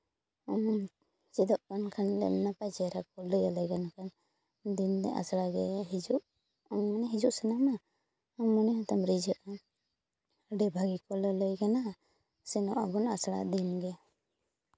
ᱪᱮᱫᱚᱜ ᱠᱟᱱ ᱠᱷᱟᱱ ᱞᱮ ᱱᱟᱯᱟᱭ ᱪᱮᱨᱦᱟ ᱠᱚ ᱞᱟᱹᱭ ᱟᱞᱮ ᱠᱟᱱᱟ ᱠᱚ ᱫᱤᱱᱜᱮ ᱟᱥᱲᱟ ᱜᱮ ᱦᱤᱡᱩᱜ ᱟᱨ ᱢᱟᱱᱮ ᱦᱤᱡᱩᱜ ᱥᱟᱱᱟᱢᱟ ᱟᱨ ᱢᱚᱱᱮ ᱦᱚᱸᱛᱟᱢ ᱨᱤᱡᱷᱟᱹᱜᱼᱟ ᱟᱹᱰᱤ ᱵᱷᱟᱹᱜᱤ ᱠᱚ ᱞᱟᱹᱞᱟᱹᱭ ᱠᱟᱱᱟ ᱥᱮᱱᱚᱜ ᱟᱵᱚᱱ ᱟᱥᱲᱟ ᱫᱤᱱᱜᱮ